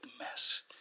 mess